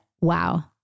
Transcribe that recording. wow